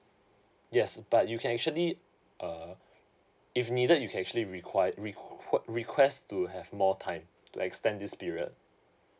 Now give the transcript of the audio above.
yes but you can actually uh if needed you can actually requi~ requir~ request to have more time to extend this period